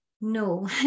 No